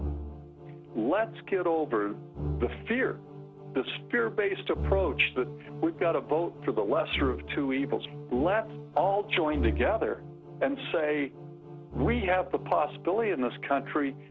world let's get over the fear this fear based approach that we've got to vote for the lesser of two evils let's all join together and say we have the possibility in this country